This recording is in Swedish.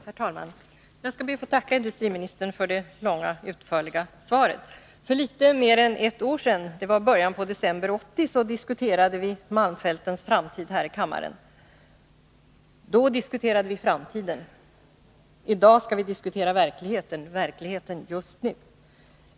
Herr talman! Jag skall be att få tacka industriministern för det långa och utförliga svaret. För litet mer än ett år sedan — i början av december 1980 — diskuterade vi malmfältens framtid här i kammaren. Då diskuterade vi framtiden — i dag skall vi diskutera verkligheten, verkligheten just nu.